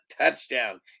touchdown